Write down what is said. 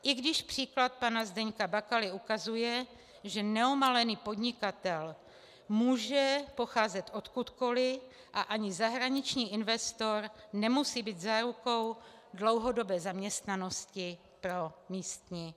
I když příklad pana Zdeňka Bakaly ukazuje, že neomalený podnikatel může pocházet odkudkoli a ani zahraniční investor nemusí být zárukou dlouhodobé zaměstnanosti pro místní obyvatele.